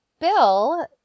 Bill